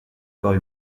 corps